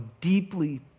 deeply